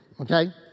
okay